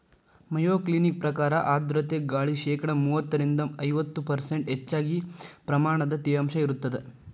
Mayo Clinic ಪ್ರಕಾರ ಆರ್ಧ್ರತೆ ಗಾಳಿ ಶೇಕಡಾ ಮೂವತ್ತರಿಂದ ಐವತ್ತು ಪರ್ಷ್ಂಟ್ ಹೆಚ್ಚಗಿ ಪ್ರಮಾಣದ ತೇವಾಂಶ ಇರತ್ತದ